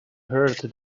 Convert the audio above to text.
heard